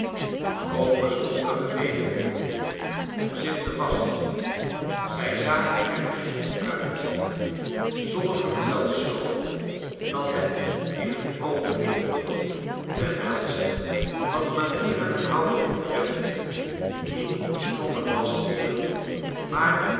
ook bestond er gelegenheid om zich te wasschen zij zagen er gezond uit sommigen zelfs zoo dat het in t oog liep terwijl ze wat manieren en houding betreft niet op stomme lastdieren maar op